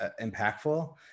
impactful